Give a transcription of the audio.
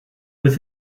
with